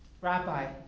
Rabbi